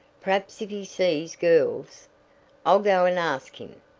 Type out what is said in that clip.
perhaps if he sees girls i'll go and ask him,